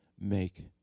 make